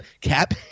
cap